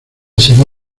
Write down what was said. sería